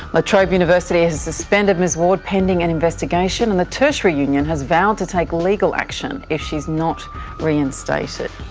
latrobe university has suspended ms ward pending an investigation, and the territory union has vowed to take legal action if she is not reinstated.